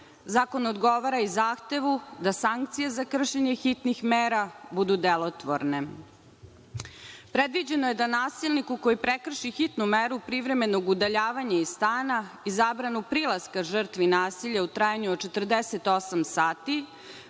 Zakon odgovara i zahtevu da sankcije za kršenje hitnih mera budu delotvorne. Predviđeno je da nasilniku koji prekrši hitnu meru privremenog udaljavanja iz stana i zabranu prilaska žrtvi nasilja u trajanju od 48 sati,